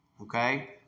Okay